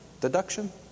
Deduction